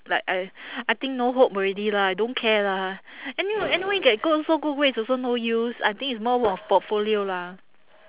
like I I think no hope already lah I don't care lah anyway anyway get good also good grades also no use I think it's more of portfolio lah